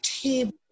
table